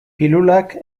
pilulak